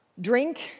drink